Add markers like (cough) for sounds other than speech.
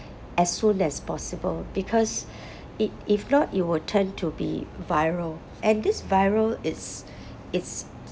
as soon as possible because (breath) if not it will turn to be viral and this viral it's it's